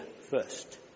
first